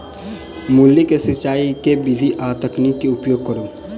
मूली केँ सिचाई केँ के विधि आ तकनीक केँ उपयोग करू?